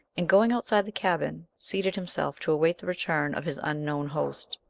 and, going outside the cabin, seated himself to await the return of his unknown host.